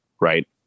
right